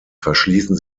verschließen